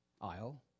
aisle